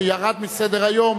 שירד מסדר-היום,